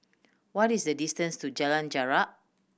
what is the distance to Jalan Jarak